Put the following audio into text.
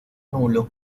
nulo